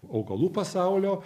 augalų pasaulio